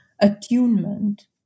attunement